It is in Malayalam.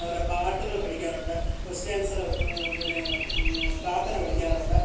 കുറേ പാട്ടുകൾ പഠിക്കാനുണ്ട് കൊസ്റ്റ്യൻ ഏൻസറ് പിന്നെ പ്രാർത്ഥന പഠിക്കാറുണ്ട്